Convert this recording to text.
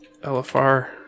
lfr